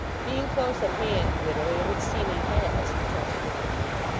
being close at hand, widow, it would seem he has returned the blind man.